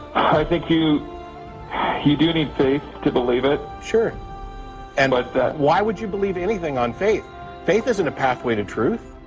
think you he do need to believe it sure and but that why would you believe anything on faith faith isn't a pathway to truth?